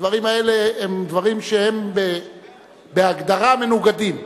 הדברים האלה הם דברים שבהגדרה מנוגדים.